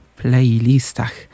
playlistach